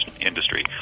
industry